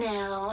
Now